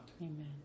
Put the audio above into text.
Amen